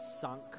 sunk